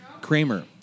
Kramer